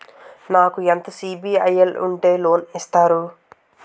నాకు ఎంత సిబిఐఎల్ ఉంటే లోన్ ఇస్తారు?